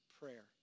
prayer